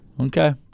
Okay